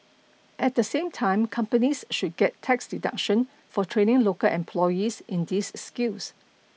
at the same time companies should get tax deduction for training local employees in these skills